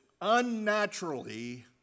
unnaturally